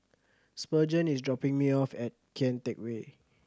Spurgeon is dropping me off at Kian Teck Way